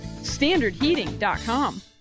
standardheating.com